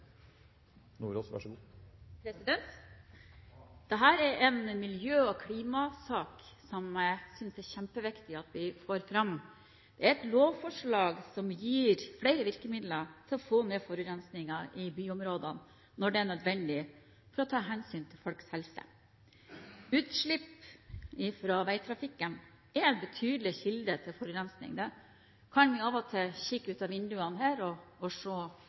en miljø- og klimasak som jeg synes er kjempeviktig at vi får fram. Det er et lovforslag som gir flere virkemidler for å få ned forurensningen i byområdene når det er nødvendig for å ta hensyn til folks helse. Utslipp fra veitrafikken er en betydelig kilde til forurensning. Vi kan av og til ved å kikke ut av vinduene her se det i byen her. Men vi vet også fra Bergen, Stavanger og